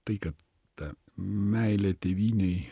tai kad ta meilė tėvynei